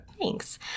Thanks